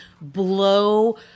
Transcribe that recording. blow